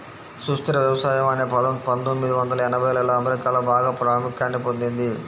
సుస్థిర వ్యవసాయం అనే పదం పందొమ్మిది వందల ఎనభైలలో అమెరికాలో బాగా ప్రాముఖ్యాన్ని పొందింది